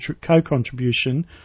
co-contribution